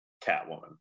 Catwoman